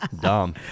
Dumb